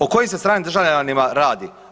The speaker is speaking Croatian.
O kojim se stranim državljanima radi?